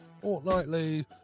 fortnightly